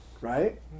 Right